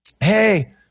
hey